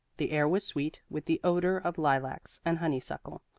the air was sweet with the odor of lilacs and honeysuckle.